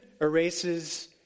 erases